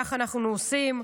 כך אנחנו עושים.